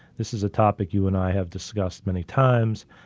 this is a topic you and i have discussed many times.